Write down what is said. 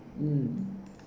mm